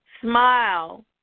smile